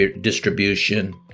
distribution